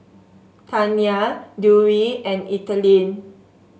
Taina Dewey and Ethelene